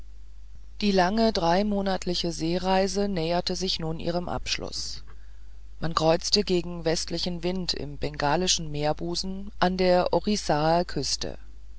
die lange dreimonatliche reise näherte sich nun ihrem abschluß man kreuzte gegen westlichen wind im bengalischen meerbusen an der orissaer küste